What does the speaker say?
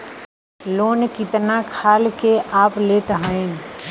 Loan कितना खाल के आप लेत हईन?